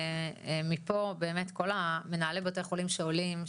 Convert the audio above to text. כל מנהלי בתי החולים שעולים,